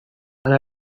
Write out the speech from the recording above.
hala